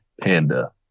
Panda